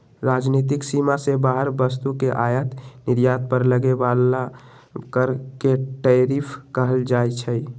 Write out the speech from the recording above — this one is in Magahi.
राजनीतिक सीमा से बाहर वस्तु के आयात निर्यात पर लगे बला कर के टैरिफ कहल जाइ छइ